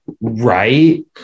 right